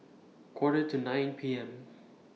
Quarter to nine P M